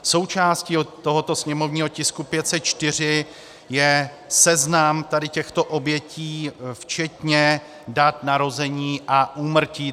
Součástí tohoto sněmovního tisku 504 je seznam těchto obětí včetně dat narození a úmrtí.